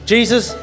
Jesus